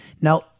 Now